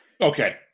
Okay